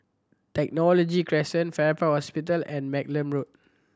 Technology Crescent Farrer Park Hospital and Malcolm Road